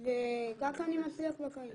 וככה אני מצליח בחיים.